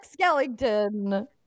Skellington